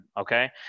okay